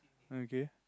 mm K